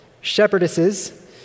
shepherdesses